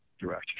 direct